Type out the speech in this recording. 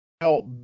help